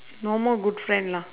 no more good friend lah